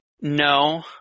No